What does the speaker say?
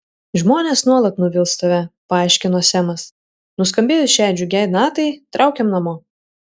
žmonės nuolat nuvils tave paaiškino semas nuskambėjus šiai džiugiai natai traukiam namo